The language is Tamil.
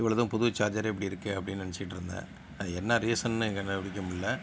இவ்வளதும் புது சார்ஜரே இப்படி இருக்கே அப்படின்னு நெனைச்சிட்ருந்தேன் அது என்ன ரீஸன்னு கண்டுபிடிக்க முடியலை